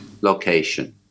location